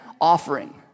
offering